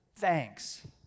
Thanks